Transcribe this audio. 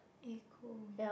eh cool